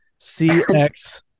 CX